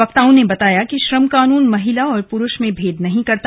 वक्ताओं ने बताया कि श्रम कानून महिला और पुरूष में भेदभाव नहीं करता